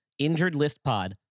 InjuredListPod